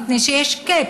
מפני שיש cap.